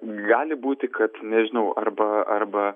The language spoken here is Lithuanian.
gali būti kad nežinau arba arba